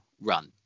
run